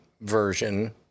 version